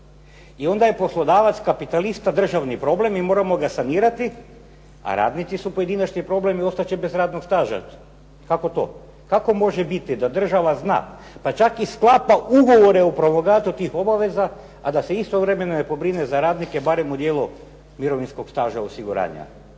I onda je poslodavac kapitalist državni problem i moramo ga sanirati a radnici su pojedinačni problem i ostat će bez radnog staža. Kako može biti da država zna, pa čak i sklada ugovore o … tih obaveza a da se istovremeno ne pobrine za radnike barem u dijelu mirovinskog staža osiguranja.